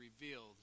revealed